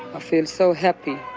i feel so happy.